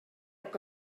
que